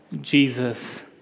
Jesus